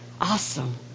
Awesome